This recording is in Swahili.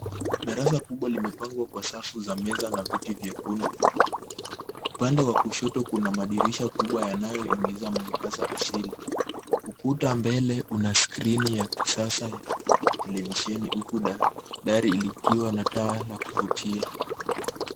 Darasa kubwa limepangwa kwa safu za meza na viti vyekundu. Upande wa kushoto kuna madirisha kubwa yanayoingiza mwangaza asili. Ukuta wa mbele una skrini ya kisasa televisheni huku dari likiwa na taa la kuvutia.